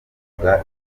uvuga